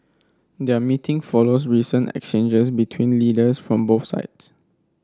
their meeting follows recent exchanges between leaders from both sides